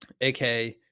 AK